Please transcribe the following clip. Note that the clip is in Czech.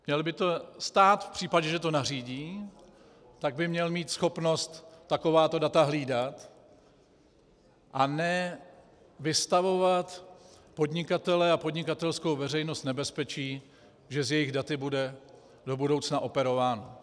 Měl by stát v případě, že to nařídí, tak by měl mít schopnost takováto data hlídat a ne vystavovat podnikatele a podnikatelskou veřejnost nebezpečí, že s jejich daty bude do budoucna operováno.